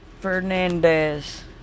Fernandez